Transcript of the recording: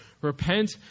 Repent